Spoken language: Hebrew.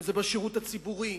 אם זה בשירות הציבורי,